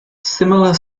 similar